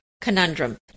conundrum